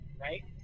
right